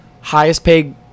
highest-paid